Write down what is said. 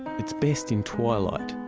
it's best in twilight.